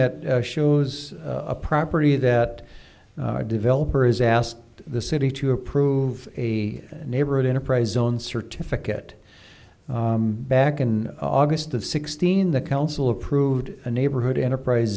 that shows a property that developer has asked the city to approve a neighborhood enterprise zone certificate back in august of sixteen the council approved a neighborhood enterprise